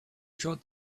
trod